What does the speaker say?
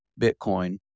Bitcoin